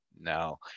No